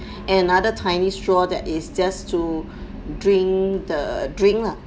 another tiny straw that is just to drink the drink lah